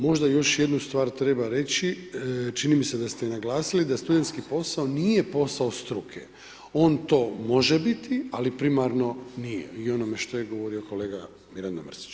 Možda još jednu stvar treba reći, čini mi se da ste je naglasili, da studentski posao nije posao struke, on to može biti ali primarno nije i o onome što je govorio kolega Mirando Mrsić.